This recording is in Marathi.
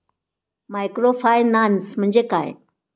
मायक्रोफायनान्स म्हणजे काय?